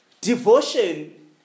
devotion